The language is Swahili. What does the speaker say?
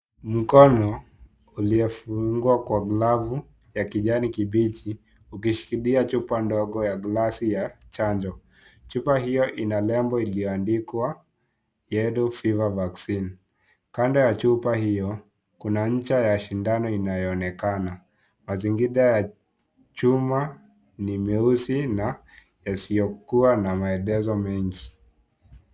Mkono uliofungwa Kwa glovu ya kijani kibichi ukishikilia chupa ndogo ya glasi ya chanjo. Chupa hiyo ina nembo iliyoandikwa yellow fever vaccine. Kando ya chupa hiyo kuna nja ya sindano inayoonekana . Mazingira ya chuma NI meusi na iliyokuwa na maelezo mengi.